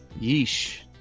yeesh